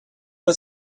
but